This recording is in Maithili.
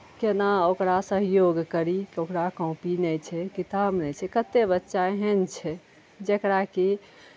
केना ओकरा सहयोग करी ओकरा कॅपी नहि छै किताब नहि छै कते बच्चा एहन छै जेकरा कि